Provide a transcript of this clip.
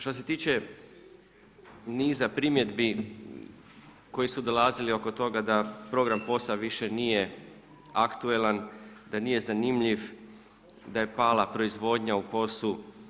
Što se tiče niza primjedbi koje su dolazile oko toga da program POS-a više nije aktuelan, da nije zanimljiv, da je pala proizvodnja u POS-u.